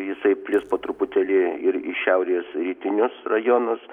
jisai plis po truputėlį ir į šiaurės rytinius rajonus